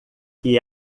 que